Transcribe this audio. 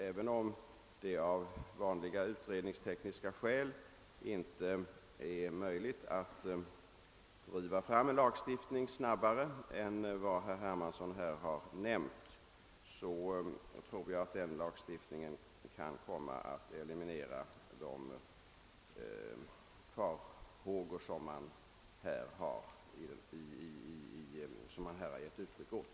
även om det av vanliga utredningstekniska skäl inte är möjligt att driva fram en lagstiftning snabbare än vad herr Hermansson nämnde, tror jag att denna lagstiftning kan eliminera de farhågor som han här givit uttryck åt.